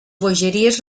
bogeries